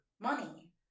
money